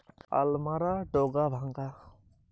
বেগুনের ডগা ও ফল ছিদ্রকারী পোকা কোনটা?